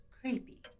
Creepy